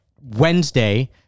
Wednesday